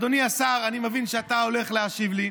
אדוני השר, אני מבין שאתה הולך להשיב לי,